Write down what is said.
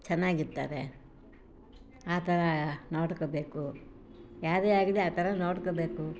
ಚೆನ್ನಾಗಿರ್ತಾರೆ ಆ ಥರ ನೋಡ್ಕೊಳ್ಬೇಕು ಯಾರೇ ಆಗಲಿ ಆ ಥರ ನೋಡ್ಕೊಳ್ಬೇಕು